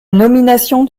nomination